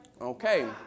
Okay